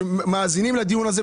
שמאזינים לדיון הזה,